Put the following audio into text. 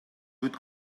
бүт